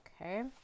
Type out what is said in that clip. Okay